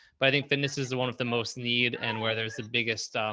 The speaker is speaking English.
but i think fitness is one of the most need and where there's the biggest,